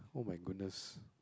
[oh]-my-goodness